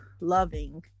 loving